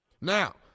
Now